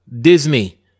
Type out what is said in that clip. Disney